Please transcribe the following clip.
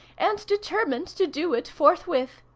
and determined to do it forthwith.